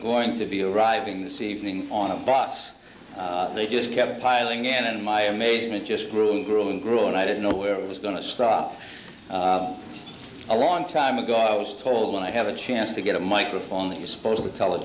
going to be arriving this evening on a bus they just kept piling in and my amazement just grew and grew and grew and i didn't know where it was going to stop a long time ago i was told when i have a chance to get a microphone that you're supposed to tell a